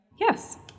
Yes